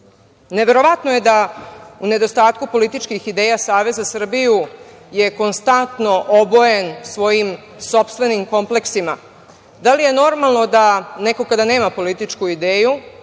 ubistvo. Neverovatno je da u nedostatku političkih ideja Savez za Srbiju je konstantno obojen svojim sopstvenim kompleksima. Da li je normalno da neko kada nema političku ideju,